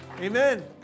Amen